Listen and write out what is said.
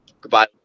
Goodbye